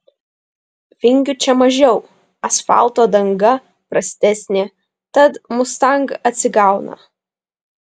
vingių čia mažiau asfalto danga prastesnė tad mustang atsigauna